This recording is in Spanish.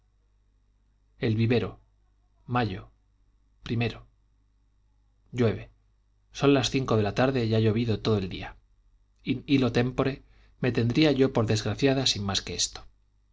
el vivero mayo llueve son las cinco de la tarde y ha llovido todo el día in illo tempore me tendría yo por desgraciada sin más que esto